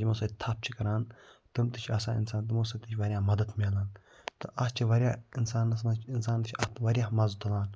یِمو سۭتۍ تھَپھ چھِ کران تِم تہِ چھِ آسان اِنسان تِمو سۭتۍ تہِ چھِ واریاہ مَدَتھ مِلان تہٕ اَتھ چھِ واریاہ اِنسانَس مَنٛز اِنسان چھِ اَتھ واریاہ مَزٕ تُلان